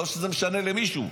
לא שזה משנה למישהו.